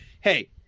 Hey